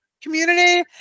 community